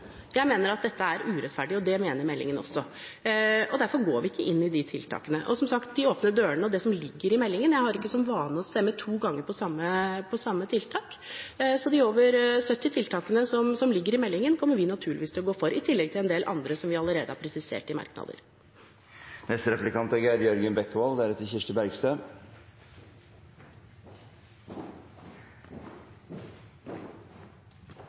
jeg mener at dette er urettferdig, og det mener meldingen også, derfor går vi ikke inn i de tiltakene. Og som sagt slås det inn åpne dører, det ligger i meldingen, og jeg har ikke for vane å stemme to ganger på samme tiltak. De over 70 tiltakene som ligger i meldingen, kommer vi naturligvis til å gå for, i tillegg til en del andre, som vi allerede har presisert i merknader.